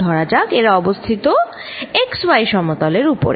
ধরা যাক এরা অবস্থিত X Y সমতল এর উপর